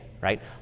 right